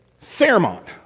Fairmont